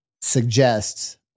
suggests